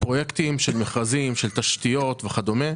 פרויקטים של מכרזים, של תשתיות וכדומה.